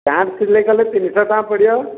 pant ସିଲେଇ କଲେ ତିନିଶହ ଟଙ୍କା ପଡ଼ିବ